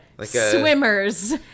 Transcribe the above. swimmers